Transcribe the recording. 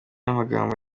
amagambo